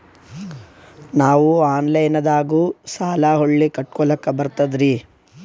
ನಾವು ಆನಲೈನದಾಗು ಸಾಲ ಹೊಳ್ಳಿ ಕಟ್ಕೋಲಕ್ಕ ಬರ್ತದ್ರಿ?